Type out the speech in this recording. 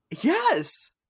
Yes